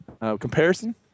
comparison